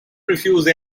refuse